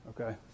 Okay